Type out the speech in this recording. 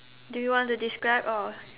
do you want to describe or